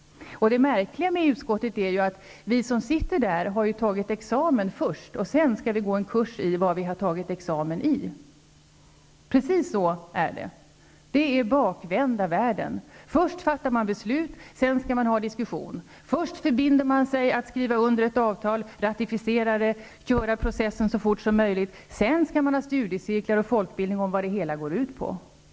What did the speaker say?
Vi som sitter där har först tagit examen, och sedan skall vi gå en kurs om vad vi har tagit examen i. Precis så är det. Det är bakvända världen. Först fattar man beslut, sedan skall man diskutera. Först förbinder man sig att skriva under ett avtal, ratificerar det, kör processen så fort som möjligt, och sedan skall man ha studiecirklar och folkbildning om vad det hela går ut på.